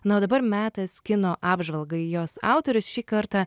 na o dabar metas kino apžvalgai jos autorius šį kartą